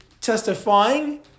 testifying